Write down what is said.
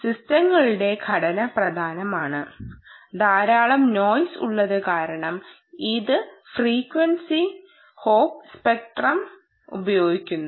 സിസ്റ്റങ്ങളുടെ ഘടന പ്രധാനമാണ് ധാരാളം റഫർ സമയം 0554 നോയിസ് ഉള്ളതു കാരണം ഇത് ഫ്രീക്വൻസി ഹോപ്പ് സ്പ്രെഡ് സ്പെക്ട്രം ഉപയോഗിക്കുന്നു